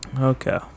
Okay